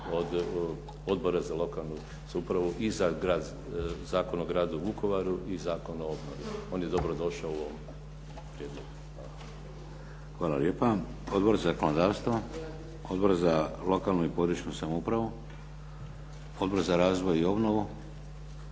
od Odbora za lokalnu samoupravu i za Zakon o Gradu Vukovaru i Zakon o obnovi. On je dobrodošao u ovom prijedlogu. Hvala. **Šeks, Vladimir (HDZ)** Hvala lijepa. Odbor za zakonodavstvo? Odbor za lokalnu i područnu samoupravu? Odbor za razvoj i obnovu?